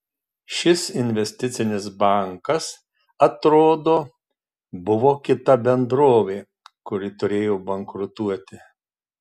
šis investicinis bankas atrodo buvo kita bendrovė kuri turėjo bankrutuoti